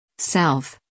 Self